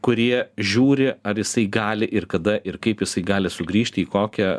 kurie žiūri ar jisai gali ir kada ir kaip jisai gali sugrįžti į kokią